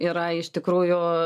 yra iš tikrųjų